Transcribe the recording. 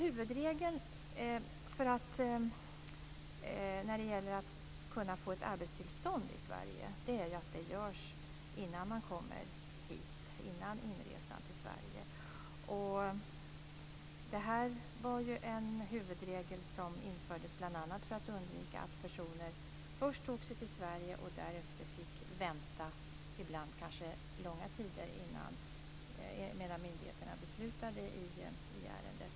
Huvudregeln när det gäller att få ett arbetstillstånd i Sverige är att bedömningen görs innan inresan till Sverige. Detta var en huvudregel som infördes bl.a. för att undvika att personer först tog sig till Sverige och därefter fick vänta, ibland kanske långa tider, medan myndigheterna beslutade i ärendet.